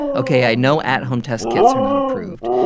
ok, i know at-home test kits are not approved.